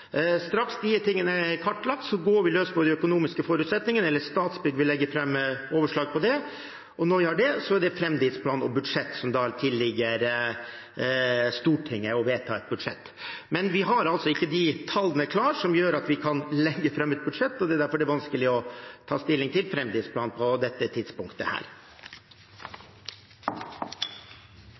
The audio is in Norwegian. Straks de tingene er kartlagt, går vi løs på de økonomiske forutsetningene – Statsbygg vil legge fram overslag på det – og når vi har det, er det framdriftsplan og budsjett, og det tilligger da Stortinget å vedta et budsjett. Vi har altså ikke de tallene klare som gjør at vi kan legge fram et budsjett, og det er derfor det er vanskelig å ta stilling til framdriftsplanen på dette